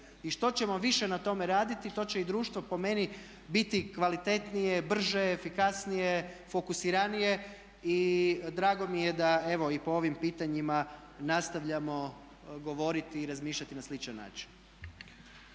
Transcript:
I što ćemo više na tome raditi to će i društvo po meni biti kvalitetnije, brže, efikasnije, fokusiranije i drago mi je da evo i po ovim pitanjima nastavljamo govoriti i razmišljati na sličan način.